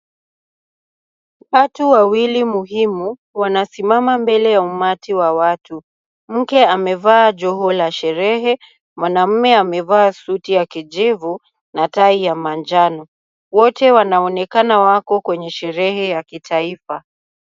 Watu wawili muhimu wanasimama mbele ya umati wa watu, mke amevaa joho la sherehe mwanamume amevaa suti ya kijivu na tai ya manjano, wote wanaonekana wako kwenye sherehe ya kitaifa.